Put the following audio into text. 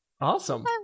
Awesome